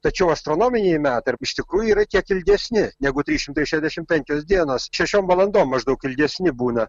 tačiau astronominiai metai iš tikrųjų yra kiek ilgesni negu trys šimtai šešiasdešim penkios dienos šešiom valandom maždaug ilgesni būna